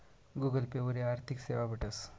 Google Pay वरी आर्थिक सेवा भेटस